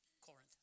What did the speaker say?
Corinth